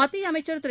மத்திய அமைச்சர் திரு